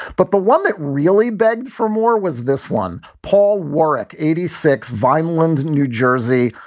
but the one that really begged for more was this one. paul warrick, eighty six, vineland, new jersey,